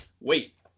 wait